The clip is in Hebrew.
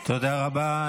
תודה רבה.